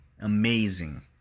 amazing